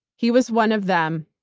he was one of them,